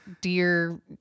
Dear